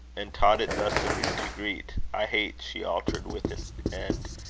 and taught it thus anew to greet i hate she altered with an end,